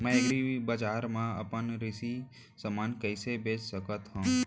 मैं एग्रीबजार मा अपन कृषि समान कइसे बेच सकत हव?